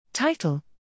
title